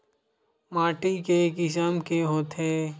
माटी के किसम के होथे?